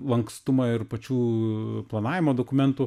lankstumą ir pačių planavimo dokumentų